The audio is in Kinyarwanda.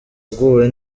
aguwe